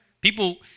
people